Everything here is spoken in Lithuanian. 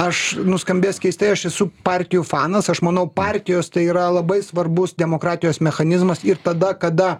aš nuskambės keistai aš esu partijų fanas aš manau partijos tai yra labai svarbus demokratijos mechanizmas ir tada kada